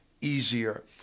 easier